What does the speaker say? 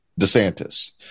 DeSantis